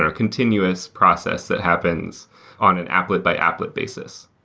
ah continuous process that happens on an applet-by-applet basis.